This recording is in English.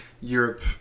Europe